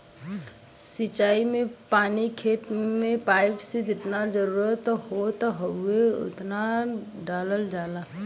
सिंचाई में पानी खेत में पाइप से जेतना जरुरत होत हउवे ओतना डालल जाला